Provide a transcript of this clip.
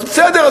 אז בסדר,